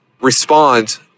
respond